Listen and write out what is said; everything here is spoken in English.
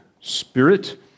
Spirit